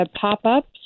pop-ups